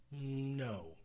No